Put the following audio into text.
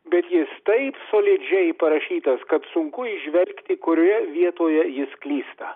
bet jis taip solidžiai parašytas kad sunku įžvelgti kurioje vietoje jis klysta